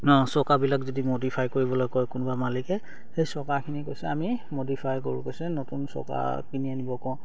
চকাবিলাক যদি মডিফাই কৰিবলৈ কয় কোনোবা মালিকে সেই চকাখিনি কৈছে আমি মডিফাই কৰোঁ গৈছে নতুন চকা কিনি আনিব কওঁ